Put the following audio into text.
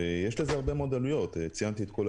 ויש לזה הרבה מאוד עלויות, כמו שציינתי.